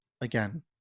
Again